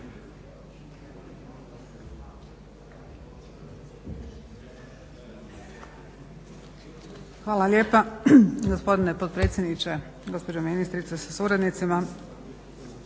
Hvala lijepa. Gospodine potpredsjedniče, gospođo ministrice sa suradnicima.